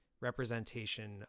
representation